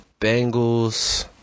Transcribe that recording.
Bengals